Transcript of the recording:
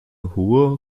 hohe